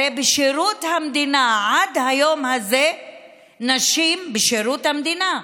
הרי בשירות המדינה עד היום הזה נשים בשירות המדינה,